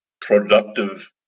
productive